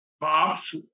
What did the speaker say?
Bob's